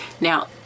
Now